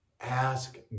ask